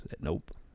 nope